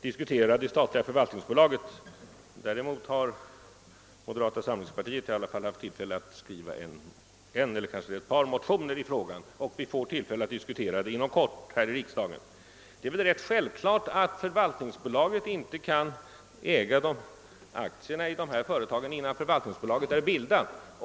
diskutera det statliga förvaltningsbolaget. Däremot har moderata samlingspartiet haft tillfälle att skriva en eller ett par motioner i frågan, och vi får tillfälle att diskutera den inom kort här i riksdagen. Det är väl ganska självklart att förvaltningsbolaget inte kan äga aktierna i dessa företag innan det är bildat.